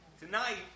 Tonight